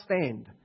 stand